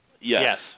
Yes